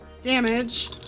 damage